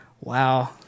wow